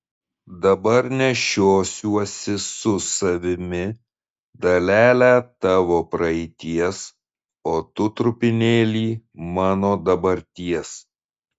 dabar nešiosiuosi su savimi dalelę tavo praeities o tu trupinėlį mano dabarties